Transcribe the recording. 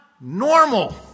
normal